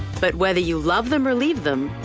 but whether you love them or leave them,